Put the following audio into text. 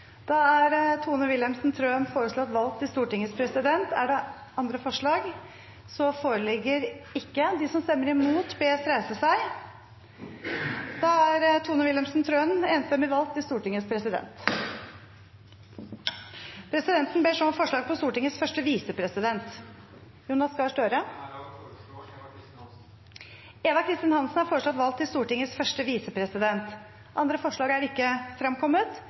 Tone Wilhelmsen Trøen . Tone Wilhelmsen Trøen er foreslått valgt til Stortingets president. – Andre forslag foreligger ikke. Presidenten ber så om forslag på Stortingets første visepresident . Jeg har den ære å foreslå Eva Kristin Hansen . Eva Kristin Hansen er foreslått valgt til Stortingets første visepresident. – Andre forslag foreligger ikke.